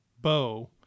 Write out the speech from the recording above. Bow